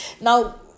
Now